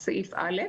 סעיף א'.